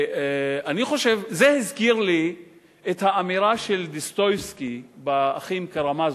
זה הזכיר לי את האמירה של דוסטויבסקי ב"אחים קרמזוב",